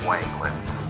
Wangland